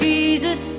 Jesus